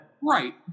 Right